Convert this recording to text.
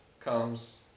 comes